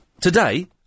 Today